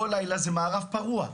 כל לילה זה מערב פרוע.